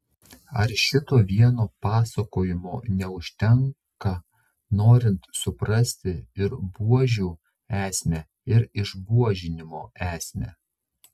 ar šito vieno pasakojimo neužtenka norint suprasti ir buožių esmę ir išbuožinimo esmę